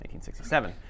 1967